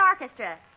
Orchestra